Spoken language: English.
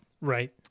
Right